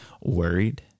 worried